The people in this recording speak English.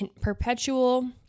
perpetual